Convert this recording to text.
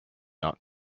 not